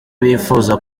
bifuza